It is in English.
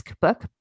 book